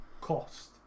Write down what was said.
cost